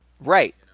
Right